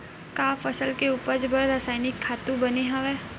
का फसल के उपज बर रासायनिक खातु बने हवय?